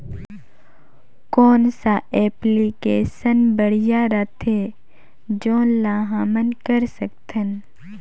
कौन सा एप्लिकेशन बढ़िया रथे जोन ल हमन कर सकथन?